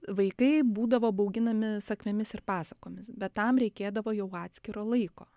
vaikai būdavo bauginami sakmėmis ir pasakomis bet tam reikėdavo jau atskiro laiko